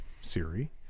siri